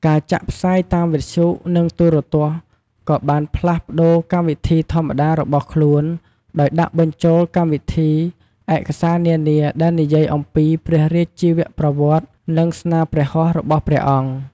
ការចាក់ផ្សាយតាមវិទ្យុ និងទូរទស្សន៍ក៏បានផ្លាស់ប្ដូរកម្មវិធីធម្មតារបស់ខ្លួន ដោយដាក់បញ្ចូលកម្មវិធីឯកសារនានាដែលនិយាយអំពីព្រះរាជជីវប្រវត្តិ និងស្នាព្រះហស្ថរបស់ព្រះអង្គ។